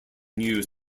news